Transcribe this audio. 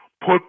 put